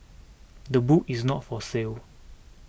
the book is not for sale